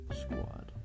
squad